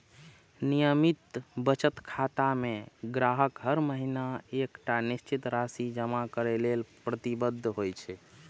नियमित बचत खाता मे ग्राहक हर महीना एकटा निश्चित राशि जमा करै लेल प्रतिबद्ध होइ छै